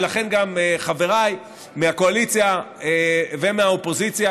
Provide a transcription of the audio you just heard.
לכן גם חבריי מהקואליציה ומהאופוזיציה,